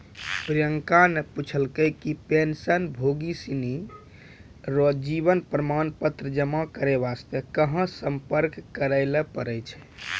प्रियंका ने पूछलकै कि पेंशनभोगी सिनी रो जीवन प्रमाण पत्र जमा करय वास्ते कहां सम्पर्क करय लै पड़ै छै